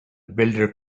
builder